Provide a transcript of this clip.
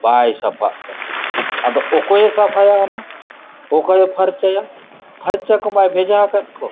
ᱵᱟᱭ ᱥᱟᱯᱷᱟᱜ ᱠᱟᱱᱟ ᱟᱫᱚ ᱚᱠᱚᱭᱮ ᱥᱟᱯᱷᱟᱭᱟ ᱚᱱᱟ ᱚᱠᱚᱭᱮ ᱯᱷᱟᱨᱪᱟᱭᱟ ᱯᱷᱟᱨᱪᱟ ᱠᱚᱢᱟᱭ ᱵᱷᱮᱡᱟᱣᱟᱠᱟᱫ ᱠᱚ